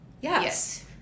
yes